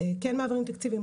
כן מעבירים תקציבים,